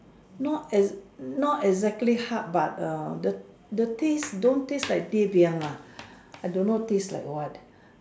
not is not is exactly how about the taste don't taste like day beyond I don't know taste like what